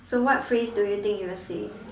so what phrase do you think you will say